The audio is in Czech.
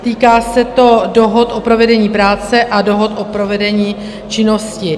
Týká se to dohod o provedení práce a dohod o provedení činnosti.